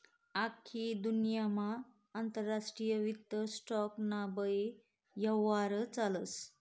आख्खी दुन्यामा आंतरराष्ट्रीय वित्त स्टॉक ना बये यव्हार चालस